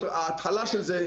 ההתחלה של זה.